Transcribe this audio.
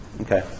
Okay